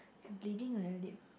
you bleeding on your lip